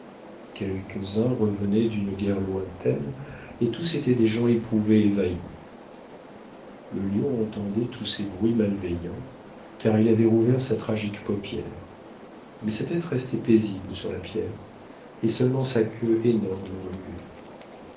quelques-uns revenaient d'une guerre lointaine et tous étaient des gens éprouvés et vaillants le lion entendait tous ces bruits malveillants car il avait ouvert sa tragique paupière mais sa tête restait paisible sur la pierre et seulement sa queue énorme remuait